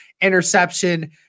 interception